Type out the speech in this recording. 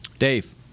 Dave